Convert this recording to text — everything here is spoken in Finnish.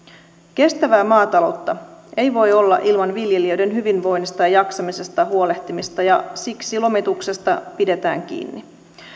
kestävää maataloutta ei voi olla ilman viljelijöiden hyvinvoinnista ja jaksamisesta huolehtimista ja siksi lomituksesta pidetään kiinni